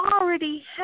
already